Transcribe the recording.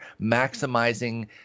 maximizing